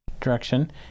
direction